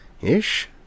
ish